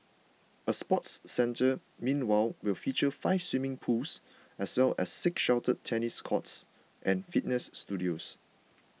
a sports centre meanwhile will feature five swimming pools as well as six sheltered tennis courts and fitness studios